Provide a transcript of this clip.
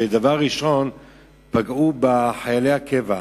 ודבר ראשון פגעו בחיילי הקבע,